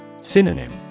Synonym